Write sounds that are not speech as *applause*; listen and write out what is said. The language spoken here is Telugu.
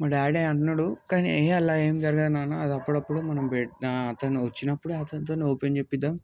మా డాడీ అన్నాడు కాని అలా ఏం జరగదు నాన్న అది అప్పుడప్పుడు మనం *unintelligible* అతను వచ్చినప్పుడు అతనితోనే ఓపెన్ చేపిద్దాం